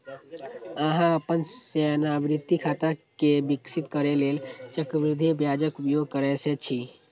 अहां अपन सेवानिवृत्ति खाता कें विकसित करै लेल चक्रवृद्धि ब्याजक उपयोग कैर सकै छी